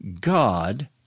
God